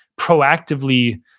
proactively